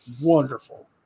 wonderful